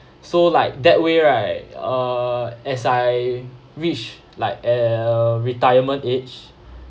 so like that way right uh as I wish like a retirement age